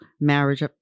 marriage